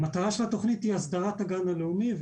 המטרה של התכנית היא הסדרת הגן הלאומי,